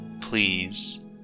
please